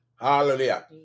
Hallelujah